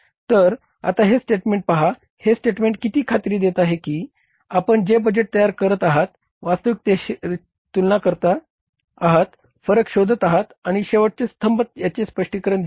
तर आता हे स्टेटमेंट पहा हे स्टटमेंट किती खात्री देत आहे की आपण जे बजेट तयार करत आहात वास्तविकतेशीत्याची तुलना करत आहात फरक शोधत आहात आणि शेवटचे स्तंभ याचे स्पष्टीकरण देत आहेत